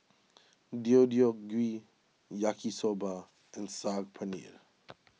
Deodeok Gui Yaki Soba and Saag Paneer